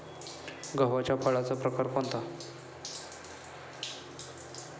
गव्हाच्या फळाचा प्रकार कोणता?